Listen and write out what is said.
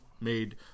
made